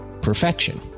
perfection